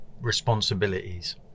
responsibilities